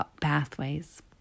pathways